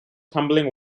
tumbling